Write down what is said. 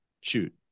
Shoot